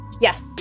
yes